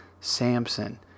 Samson